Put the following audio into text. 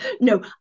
No